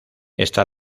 está